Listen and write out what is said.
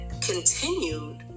continued